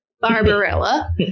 Barbarella